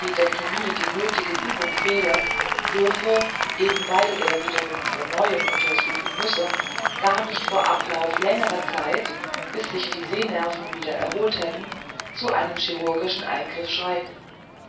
die nötige übung fehle dürfe eben weil er wiederum von neuem untersuchen müsse gar nicht vor ablauf längerer zeit bis sich die sehnerven wieder erholt hätten zu einem chirurgischen eingriff schreiten